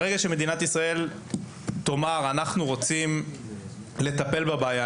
ברגע שמדינת ישראל תאמר ״אנחנו רוצים לטפל בבעיה״,